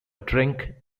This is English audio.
drink